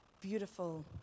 beautiful